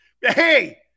hey